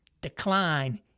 decline